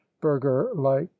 burger-like